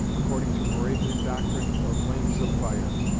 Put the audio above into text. according to moravian doctrine, or flames of fire!